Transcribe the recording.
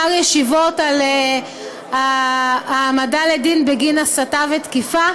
על העמדה לדין בגין הסתה ותקיפה,